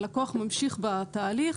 הלקוח ממשיך בתהליך,